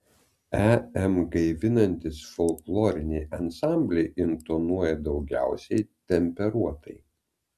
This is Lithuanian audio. em gaivinantys folkloriniai ansambliai intonuoja daugiausiai temperuotai